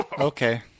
Okay